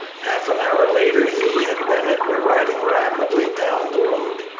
half an hour later he and bennett were riding rapidly down the road,